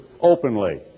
openly